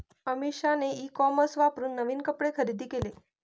अमिषाने e commerce वापरून नवीन कपडे खरेदी केले